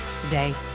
Today